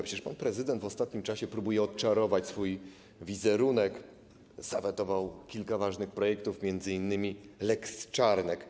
Przecież pan prezydent w ostatnim czasie próbuje odczarować swój wizerunek, zawetował kilka ważnych projektów, m.in. lex Czarnek.